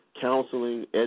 counseling